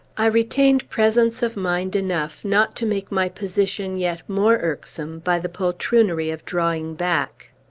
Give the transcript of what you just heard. i retained presence of mind enough not to make my position yet more irksome by the poltroonery of drawing back.